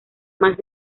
más